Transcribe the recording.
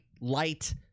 light